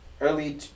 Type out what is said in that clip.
early